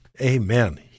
Amen